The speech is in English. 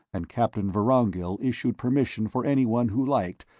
and captain vorongil issued permission for anyone who liked,